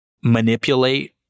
manipulate